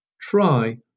try